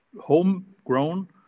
homegrown